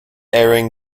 airing